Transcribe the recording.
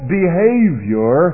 behavior